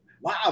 wow